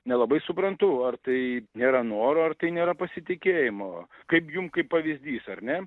nelabai suprantu ar tai nėra noro ar tai nėra pasitikėjimo kaip jum kaip pavyzdys ar ne